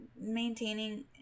maintaining